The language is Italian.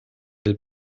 del